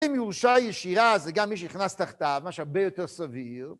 אם ירושה ישירה זה גם מי שנכנס תחתיו, מה שהרבה יותר סביר.